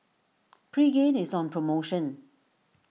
Pregain is on promotion